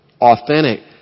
authentic